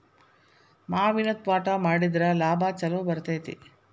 ಮಾವಿನ ತ್ವಾಟಾ ಮಾಡಿದ್ರ ಲಾಭಾ ಛಲೋ ಬರ್ತೈತಿ